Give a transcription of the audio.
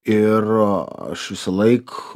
ir aš visąlaik